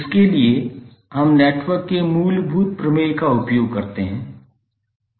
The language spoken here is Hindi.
उसके लिए हम नेटवर्क के मूलभूत प्रमेय का उपयोग करते हैं